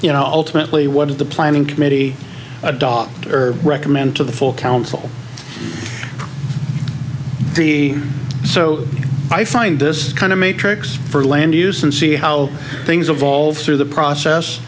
you know ultimately what is the planning committee a daw or recommend to the full council d so i find this kind of matrix for land use and see how things evolve through the process